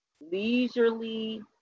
leisurely